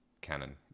canon